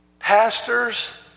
Pastors